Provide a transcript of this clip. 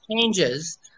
changes